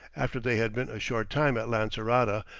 after they had been a short time at lancerota,